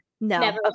no